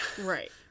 Right